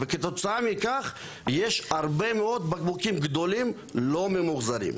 וכתוצאה מכך יש הרבה מאוד בקבוקים גדולים לא ממוחזרים.